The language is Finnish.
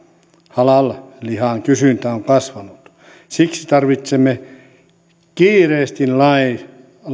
halal lihan kysyntä on kasvanut siksi tarvitsemme kiireesti lain